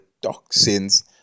toxins